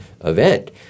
event